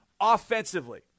offensively